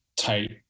tight